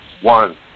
One